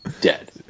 dead